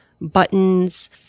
buttons